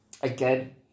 again